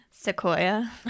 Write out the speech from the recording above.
Sequoia